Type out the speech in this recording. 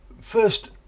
First